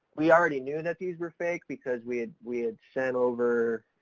we already knew that these were fake because we had we had sent over,